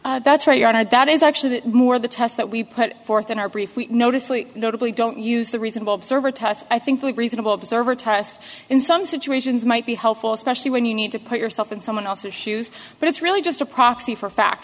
religion that's where you are that is actually more the test that we put forth in our brief we notice like notably don't use the reasonable observer test i think that reasonable observer test in some situations might be helpful especially when you need to put yourself in someone else's shoes but it's really just a proxy for fact